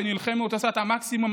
שנלחמת ועושה את המקסימום,